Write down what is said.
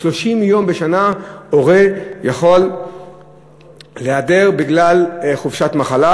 30 יום בשנה הורה יכול להיעדר בגלל מחלה,